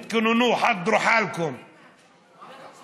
"תתכוננו" (חוזר על המילים בערבית).